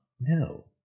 No